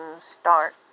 start